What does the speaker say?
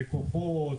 לקוחות,